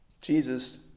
Jesus